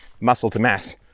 muscle-to-mass